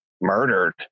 murdered